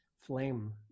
flame